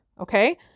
Okay